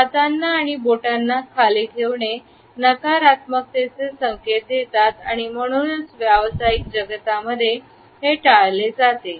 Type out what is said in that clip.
हातांना आणि बोटांना खाली ठेवणे नकारात्मकतेचे संकेत देतात आणि म्हणूनच व्यावसायिक जगतामध्ये हे टाळले जाते